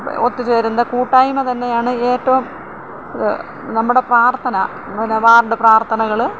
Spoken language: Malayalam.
ഒത്തുചേരുന്ന കൂട്ടായ്മ തന്നെയാണ് ഏറ്റവും നമ്മുടെ പ്രാര്ത്ഥന പിന്നെ വാര്ഡ് പ്രാര്ത്ഥനകൾ